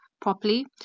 properly